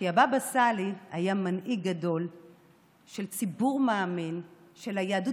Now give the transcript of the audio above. כי הבבא סאלי היה מנהיג גדול של ציבור מאמין ביהדות,